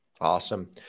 Awesome